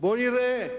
בואו נראה,